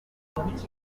kuki